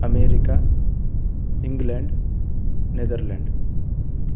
America England Netherlands